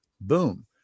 boom